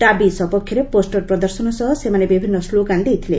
ଦାବି ସପକ୍ଷରେ ପୋଷ୍ଟର ପ୍ରଦର୍ଶନ ସହ ସେମାନେ ବିଭିନ୍ନ ସ୍କୋଗାନ ଦେଇଥିଲେ